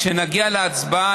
כשנגיע להצבעה,